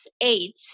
eight